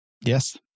Yes